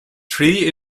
three